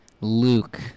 Luke